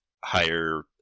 higher